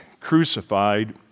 crucified